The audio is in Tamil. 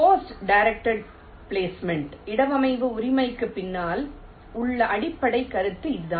போர்ஸ் டிரெசிடெட் ப்ளஸ்ட்மென்ட் இடவமைவு உரிமைக்கு பின்னால் உள்ள அடிப்படை கருத்து இதுதான்